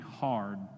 hard